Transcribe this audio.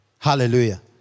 Hallelujah